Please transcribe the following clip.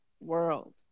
world